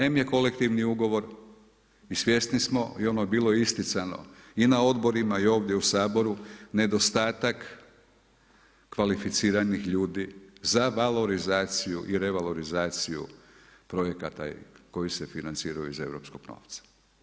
Em je kolektivni ugovor i svjesni smo i ono je bilo isticano i na odborima i ovdje u Saboru nedostatak kvalificiranih ljudi za valorizaciju i revalorizaciju projekata koji se financiraju iz europskog novca.